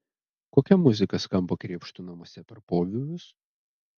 kokia muzika skamba krėpštų namuose per pobūvius